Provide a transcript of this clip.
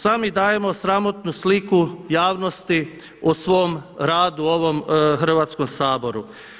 Sami dajemo sramotnu sliku javnosti o svom radu ovom Hrvatskom saboru.